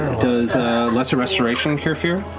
does lesser restoration cure fear?